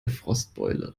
frostbeule